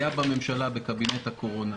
היה בממשלה בקבינט הקורונה,